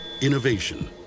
Innovation